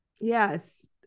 Yes